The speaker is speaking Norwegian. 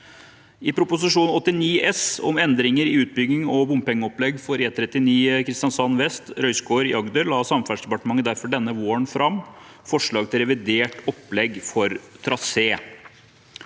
S for 2022– 2023, endringer i utbyggingen og bompengeopplegget for E39 Kristiansand vest–Røyskår i Agder fylke, la Samferdselsdepartementet derfor denne våren fram forslag til revidert opplegg for trasé,